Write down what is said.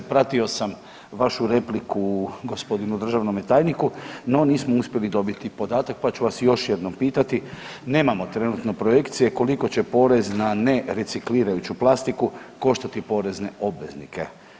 Pratio sam vašu repliku gospodinu državnome tajniku no nismo uspjeli dobiti podatak pa ću vas još jednom pitati, nemamo trenutno projekcije koliko će porez na ne reciklirajuću plastiku koštati porezne obveznike.